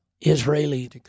Israeli